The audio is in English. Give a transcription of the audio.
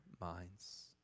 minds